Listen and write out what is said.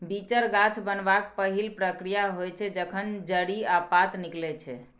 बीचर गाछ बनबाक पहिल प्रक्रिया होइ छै जखन जड़ि आ पात निकलै छै